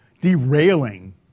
derailing